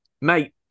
mate